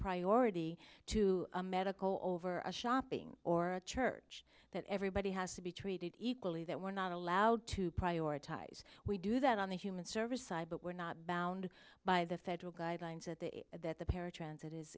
priority to a medical over a shopping or church that everybody has to be treated equally that we're not allowed to prioritize we do that on the human services but we're not bound by the federal guidelines that the that the paratransit is